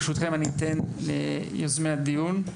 ברשותכם נפתח ברשות הדיבור עם יוזמי הדיון,